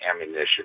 ammunition